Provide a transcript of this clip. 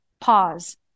Pause